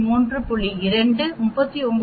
2 39